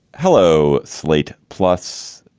hello. slate plus,